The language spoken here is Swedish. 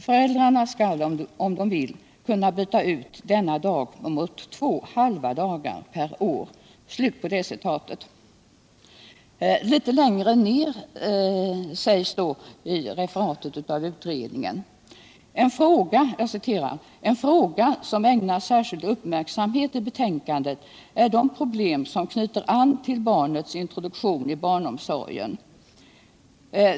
Föräldrarna skall om de vill kunna byta ut denna dag mot två halva dagar per år.” Litet längre ned sägs i referatet: ”En fråga som ägnas särskild uppmärksamhet i betänkandet är de problem som knyter an till barnets introduktion i barnomsorgen.